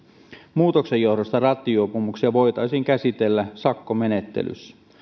muutoksen johdosta rattijuopumuksia voitaisiin käsitellä sakkomenettelyssä